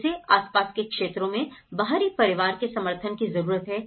उसे आसपास के क्षेत्रों में बाहरी परिवार के समर्थन की जरूरत है